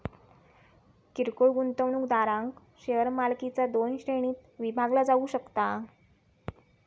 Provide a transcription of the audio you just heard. किरकोळ गुंतवणूकदारांक शेअर मालकीचा दोन श्रेणींत विभागला जाऊ शकता